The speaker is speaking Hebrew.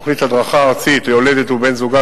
תוכנית הדרכה ארצית ליולדת ובן-זוגה